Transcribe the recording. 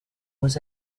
was